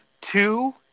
Two